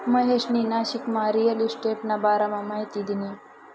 महेशनी नाशिकमा रिअल इशटेटना बारामा माहिती दिनी